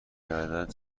کردن